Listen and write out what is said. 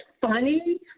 funny